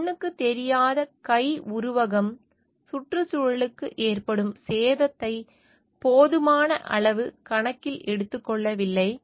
கண்ணுக்குத் தெரியாத கை உருவகம் சுற்றுச்சூழலுக்கு ஏற்படும் சேதத்தை போதுமான அளவு கணக்கில் எடுத்துக்கொள்ளவில்லை